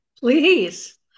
Please